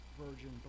virgin